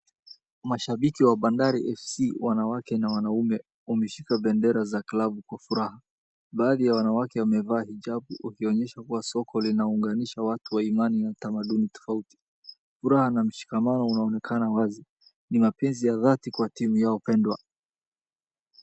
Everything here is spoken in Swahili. Mashabiki wa Bandari FC, wanawake na wanaume, wmeshika bendera za klabu kwa furaha. Baadhi ya wanawake wamevaa hijab, ikionyesha kuwa soko linaunganisha watu wa imani na tamaduni tofauti. Furaha na mshikamano unaonekana wazi ni mapenzi ya dhati kwa timu yao pendwa.